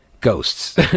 ghosts